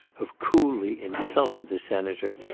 have coolly insulted the senator,